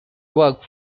work